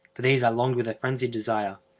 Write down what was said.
these i longed with a phrenzied desire.